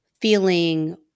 feeling